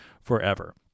forever